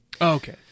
okay